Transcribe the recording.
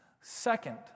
Second